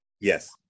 Yes